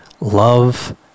love